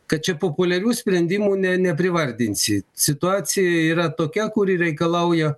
kad čia populiarių sprendimų ne neprivardinsi situacija yra tokia kuri reikalauja